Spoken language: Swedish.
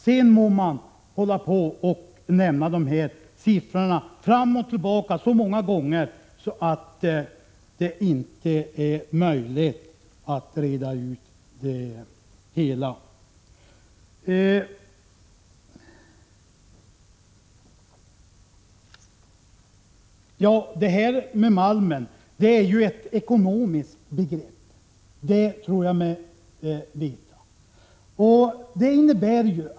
Sedan må man hålla på med att nämna siffror fram och tillbaka tills det inte blir möjligt att reda ut det hela. Att det handlar om ekonomiska begrepp när det gäller malmen tror jag mig veta.